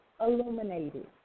illuminated